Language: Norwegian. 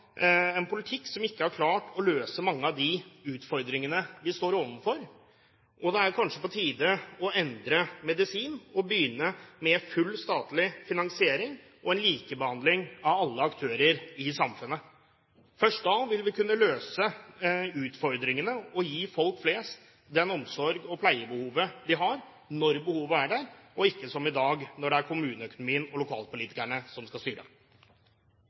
en politikk som ikke har klart å løse mange av de utfordringene vi står overfor. Det er kanskje på tide å endre medisin og begynne med full statlig finansiering og en likebehandling av alle aktører i samfunnet. Først da vil vi kunne løse utfordringene og gi folk flest den omsorgen og det pleiebehovet de har, når behovet er der, og ikke som i dag, når kommuneøkonomien og lokalpolitikerne